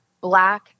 Black